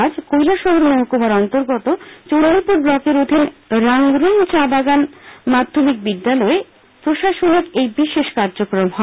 আজ কৈলাসহর মহকুমার অন্তর্গত চন্ডীপুর ব্লকের অধীন রাংরুং চা বাগান মাধ্যমিক বিদ্যালয়ে প্রশাসনিক এই বিশেষ কার্যক্রম হয়